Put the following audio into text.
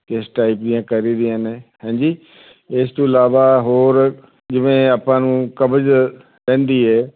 ਇਸ ਟਾਈਪ ਦੀਆਂ ਕਰੀ ਦੀਆਂ ਨੇ ਹਾਂਜੀ ਇਸ ਤੋਂ ਇਲਾਵਾ ਹੋਰ ਜਿਵੇਂ ਆਪਾਂ ਨੂੰ ਕਬਜ਼ ਰਹਿੰਦੀ ਹੈ